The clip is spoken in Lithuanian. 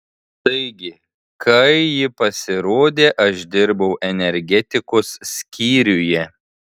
taigi kai ji pasirodė aš dirbau energetikos skyriuje